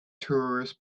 tourists